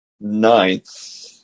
ninth